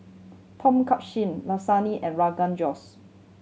Tom Kha Lasagne and Rogan Josh